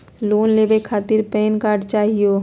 Loan लेवे खातीर PAN card चाहियो?